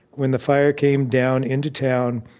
when the fire came down into town,